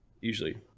usually